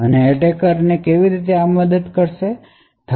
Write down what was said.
તો આ એટેકર ને કેવી રીતે મદદ કરે છે